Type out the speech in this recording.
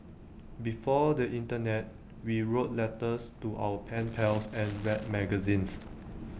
before the Internet we wrote letters to our pen pals and read magazines